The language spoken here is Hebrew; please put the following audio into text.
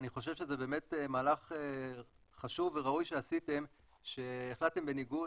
אני חושב שזה באמת מהלך חשוב וראוי שעשיתם שהחלטתם בניגוד,